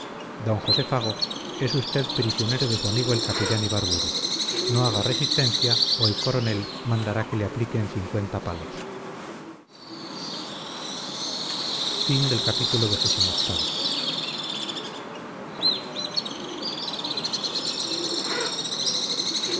d josé fago es usted prisionero de su amigo el capellán ibarburu no haga resistencia o el coronel mandará que le apliquen cincuenta palos